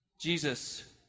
Jesus